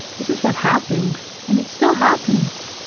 this is what happened and still happens.